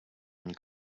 and